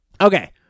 Okay